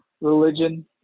religion